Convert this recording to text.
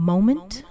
Moment